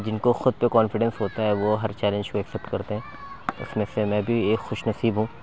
جن کو خود پہ کانفیڈنس ہوتا ہے وہ ہر چیلنج کو ایکسپٹ کرتے ہیں اس میں سے میں بھی ایک خوش نصیب ہوں